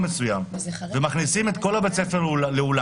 מסוים ומכניסים את כל בית הספר לאולם,